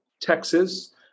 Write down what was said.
Texas